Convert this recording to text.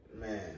Man